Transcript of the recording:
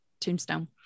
tombstone